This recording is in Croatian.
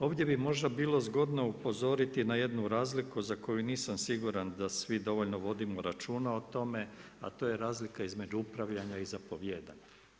Ovdje bi možda bilo zgodno upozoriti na jednu razliku za koju nisam siguran da svi dovoljno vodimo računa o tome, a to je razlika između upravljanja i zapovijedanja.